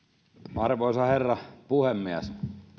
arvoisa herra puhemies